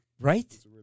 Right